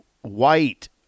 White